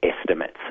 estimates